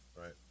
right